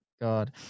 god